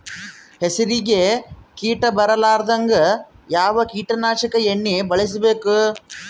ಹೆಸರಿಗಿ ಕೀಟ ಬರಲಾರದಂಗ ಯಾವ ಕೀಟನಾಶಕ ಎಣ್ಣಿಬಳಸಬೇಕು?